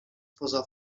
spoza